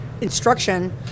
instruction